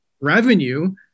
revenue